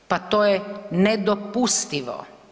Pa to je nedopustivo.